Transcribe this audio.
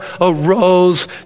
arose